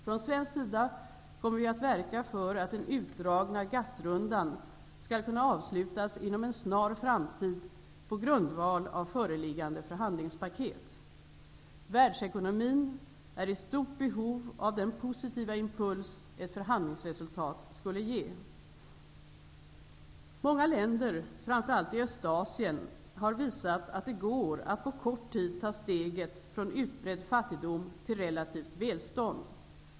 Från svensk sida kommer vi att verka för att den utdragna GATT-rundan skall kunna avslutas inom en snar framtid på grundval av föreliggande förhandlingspaket. Världsekonomin är i stort behov av den positiva impuls ett förhandlingsresultat skulle ge. Många länder, framför allt i Östasien, har visat att det går att på kort tid ta staget från utbredd fattigdom till relativt välstånd.